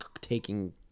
taking